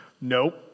Nope